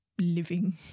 living